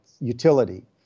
utility